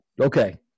Okay